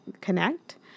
connect